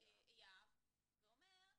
יהב ואומר,